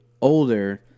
older